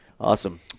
Awesome